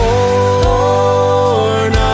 Born